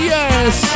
Yes